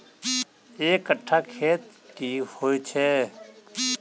एक कट्ठा खेत की होइ छै?